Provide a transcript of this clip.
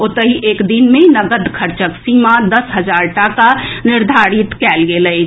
ओतहि एक दिन मे नकद खर्चक सीमा दस हजार टाका निर्धारित कएल गेल अछि